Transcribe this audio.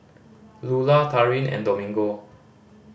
Lulah Taryn and Domingo